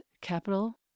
capital